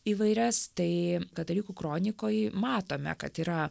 įvairias tai katalikų kronikoj matome kad yra